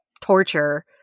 torture